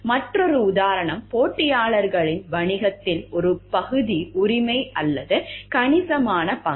மற்றொரு உதாரணம் போட்டியாளர்களின் வணிகத்தில் ஒரு பகுதி உரிமை அல்லது கணிசமான பங்குகள்